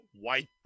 white